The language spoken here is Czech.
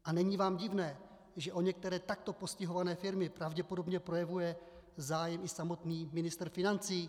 A není vám divné, že o některé takto postihované firmy pravděpodobně projevuje zájem i samotný ministr financí?